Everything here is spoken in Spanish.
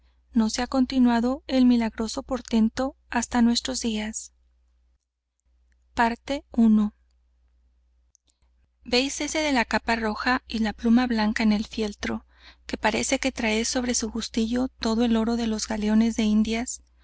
no se ha continuado el milagroso portento hasta nuestros días véis ese de la capa roja y la pluma blanca en el fieltro que parece que trae sobre su justillo todo el oro de los galeones de indias